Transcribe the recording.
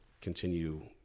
continue